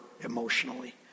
emotionally